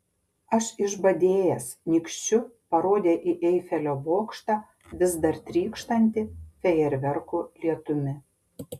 aš išbadėjęs nykščiu parodė į eifelio bokštą vis dar trykštantį fejerverkų lietumi